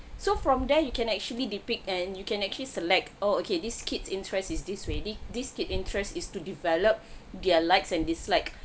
so from there you can actually depict and you can actually select oh okay this kid's interest is this way thi~ this kid interest is to develop their likes and dislikes